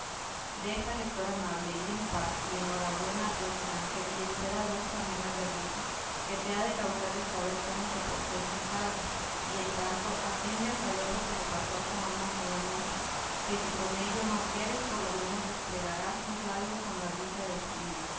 deja lector amable ir en paz y en hora buena al buen sancho y espera dos fanegas de risa que te ha de causar el saber cómo se portó en su cargo y en tanto atiende a saber lo que le pasó a su amo aquella noche que si con ello no rieres por lo menos desplegarás los labios con risa de jimia